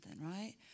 right